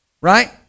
right